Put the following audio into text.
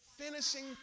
finishing